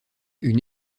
une